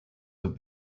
that